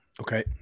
Okay